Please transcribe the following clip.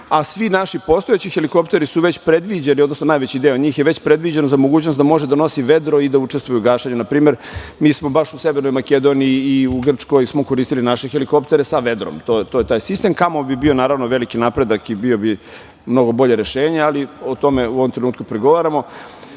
a svi naši postojeći helikopteri su već predviđeni, odnosno najveći deo njih je već predviđen za mogućnost da može da nosi vedro i da učestvuje u gašenju. Na primer, mi smo baš u Severnoj Makedoniji i u Grčkoj koristili naše helikoptere sa vedrom. To je taj sistem. „Kamov“ bi bio, naravno, veliki napredak i bio bi mnogo bolje rešenje, ali o tome u ovom trenutku pregovaramo. Mi